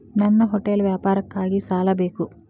ನನ್ನ ಹೋಟೆಲ್ ವ್ಯಾಪಾರಕ್ಕಾಗಿ ಸಾಲ ಬೇಕು